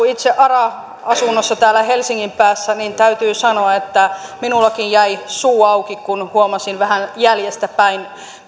itse ara asunnossa täällä helsingin päässä niin täytyy sanoa että minullakin jäi suu auki kun huomasin vähän jäljestäpäin